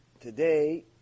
Today